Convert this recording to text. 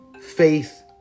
faith